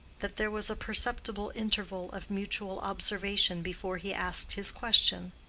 that there was a perceptible interval of mutual observation before he asked his question